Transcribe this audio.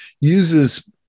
uses